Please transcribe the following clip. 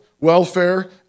welfare